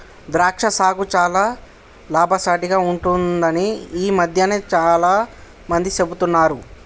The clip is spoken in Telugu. ద్రాక్ష సాగు చాల లాభసాటిగ ఉంటుందని ఈ మధ్యన చాల మంది చెపుతున్నారు